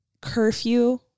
curfew